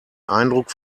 eindruck